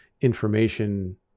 information